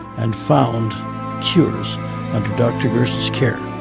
and found cures under dr. gerson's care.